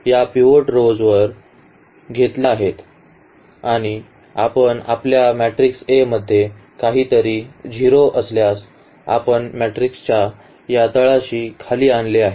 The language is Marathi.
तर आपण या पिव्होट row वरपर्यंत घेतल्या आहेत आणि मग आपल्या मॅट्रिक्स A मधे काहीतरी 0 असल्यास आपण मॅट्रिक्सच्या या तळाशी खाली आणले आहे